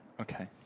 Okay